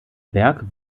berg